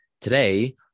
Today